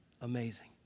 Amazing